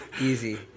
Easy